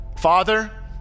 Father